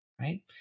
right